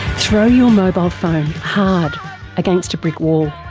throw your mobile phone hard against a brick wall.